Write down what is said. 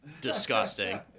Disgusting